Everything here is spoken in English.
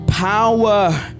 Power